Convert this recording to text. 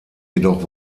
jedoch